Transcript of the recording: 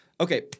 Okay